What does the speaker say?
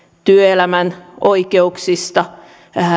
työelämän oikeuksista